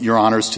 your honour's to